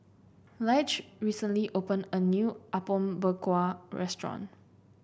Lige recently opened a new Apom Berkuah restaurant